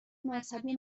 مذهبی